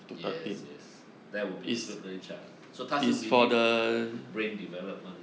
yes yes that will be a good range ah so 她是 within brain development development ya